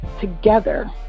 together